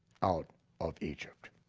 out of egypt.